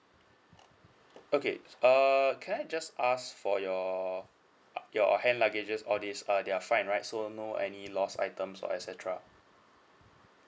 okay err can I just ask for your uh your hand luggages all these uh they're fine right so no any lost items or et cetera